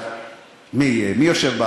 מי, מי יושב,